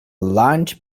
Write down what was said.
lunch